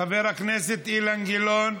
חבר הכנסת אילן גילאון,